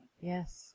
Yes